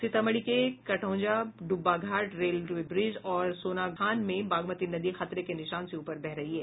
सीतामढ़ी के Kantaujha Dubbaghat Dheng railway bridge और सोनाखान में बागमती नदी खतरे के निशान से ऊपर बह रही है